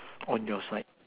on your side